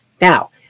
Now